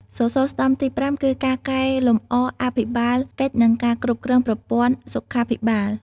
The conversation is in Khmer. សសរស្តម្ភទី៥គឺការកែលម្អអភិបាលកិច្ចនិងការគ្រប់គ្រងប្រព័ន្ធសុខាភិបាល។